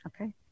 Okay